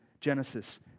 genesis